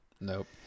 Nope